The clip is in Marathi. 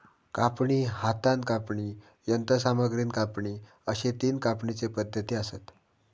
कापणी, हातान कापणी, यंत्रसामग्रीन कापणी अश्ये तीन कापणीचे पद्धती आसत